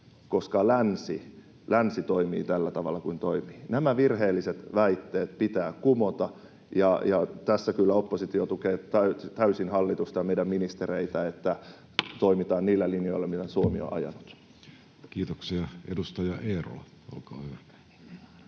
koska länsi toimii tällä tavalla kuin toimii. Nämä virheelliset väitteet pitää kumota. Tässä kyllä oppositio tukee täysin hallitusta ja meidän ministereitä, että toimitaan niillä linjoilla, mitä Suomi on ajanut. [Speech 121] Speaker: Jussi